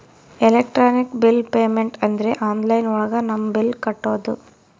electronic bill payment ಅಂದ್ರೆ online ಒಳಗ ನಮ್ ಬಿಲ್ ಕಟ್ಟೋದು